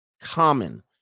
common